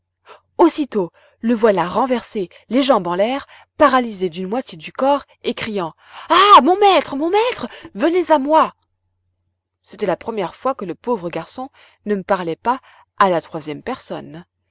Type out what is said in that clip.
aussitôt le voilà renversé les jambes en l'air paralysé d'une moitié du corps et criant ah mon maître mon maître venez à moi c'était la première fois que le pauvre garçon ne me parlait pas à la troisième personne